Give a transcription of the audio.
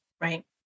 right